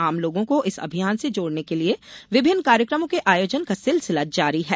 आम लोगों को इस अभियान से जोड़ने के लिए विभिन्न कार्यक्रमों के आयोजन का सिलसिला जारी है